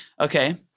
Okay